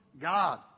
god